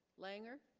langer